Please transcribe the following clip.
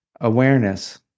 awareness